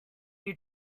you